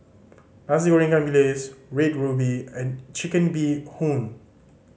Nasi Goreng ikan bilis Red Ruby and Chicken Bee Hoon